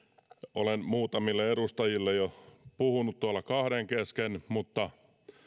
olen muutamille edustajille jo puhunut tuolla kahden kesken